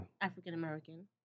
African-American